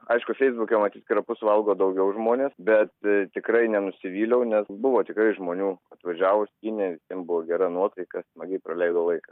aišku feisbuke matyt krapus valgo daugiau žmonės bet tikrai nenusivyliau nes buvo tikrai žmonių atvažiavo skynė ten buvo gera nuotaika smagiai praleido laiką